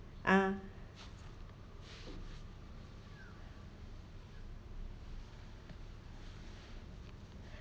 ah